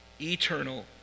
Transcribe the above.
eternal